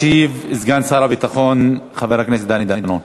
ישיב סגן שר הביטחון חבר הכנסת דני דנון.